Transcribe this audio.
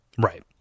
Right